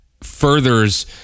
furthers